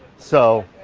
so